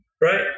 right